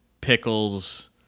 pickles